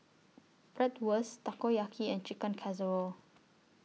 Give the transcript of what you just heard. Bratwurst Takoyaki and Chicken Casserole